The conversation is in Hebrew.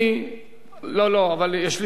יש לי נאום,